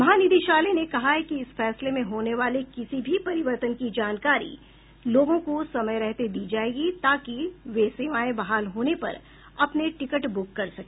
महानिदेशालय ने कहा है कि इस फैसले में होने वाले किसी भी परिवर्तन की जानकारी लोगों को समय रहते दी जाएगी ताकि वे सेवाएं बहाल होने पर अपने टिकट बुक कर सके